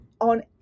on